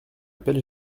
appelle